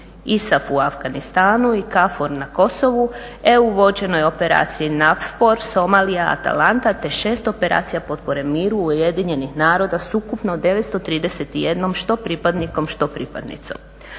ISAF u Afganistanu i KFOR na Kosovu, EU vođenoj Operaciji NAVFOR Somalia-Atalanta te 6 operacija potpore miru UN-a s ukupno 931 što pripadnikom što pripadnicom.